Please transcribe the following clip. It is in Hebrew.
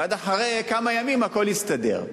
ואז אחרי כמה ימים הכול יסתדר.